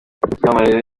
icyamamare